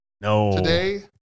No